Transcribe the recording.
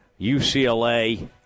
UCLA –